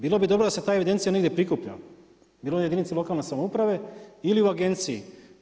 Bilo bi dobro da se ta evidencija negdje prikuplja, bilo u jedinica lokalne samouprave ili u agenciji.